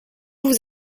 vous